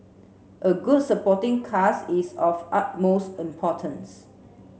a good supporting cast is of utmost importance